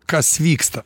kas vyksta